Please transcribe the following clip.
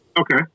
Okay